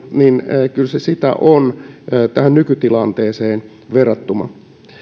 niin kyllä se sitä on tähän nykytilanteeseen verrattuna